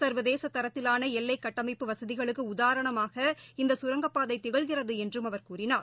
சர்வதேசதரத்திலானஎல்லைகட்டமைப்பு வசதிகளுக்குஉதாரணமாக இந்தசுரங்கப்பாதைதிகழ்கிறதுஎன்றும் அவர் கூறினார்